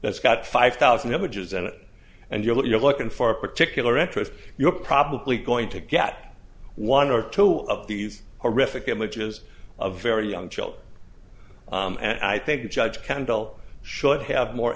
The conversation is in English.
that's got five thousand images and it and you're looking for a particular interest you're probably going to get one or two of these horrific images of very young children and i think the judge kendall should have more